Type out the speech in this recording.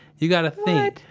you got to think